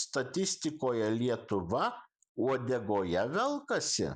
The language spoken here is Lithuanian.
statistikoje lietuva uodegoje velkasi